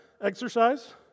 Exercise